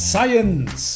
Science